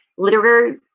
literary